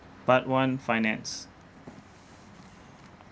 part one finance